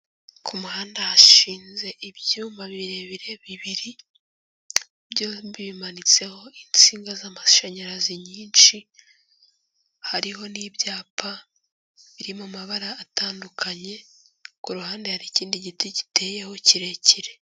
Ku muhanda hashinze ibyuma birebire bibiri, byombi bimanitseho insinga z'amashanyarazi nyinshi, hariho n'ibyapa biri mu mabara atandukanye ku ruhande hari ikindi giti giteyeho kirekire.